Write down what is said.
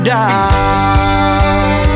die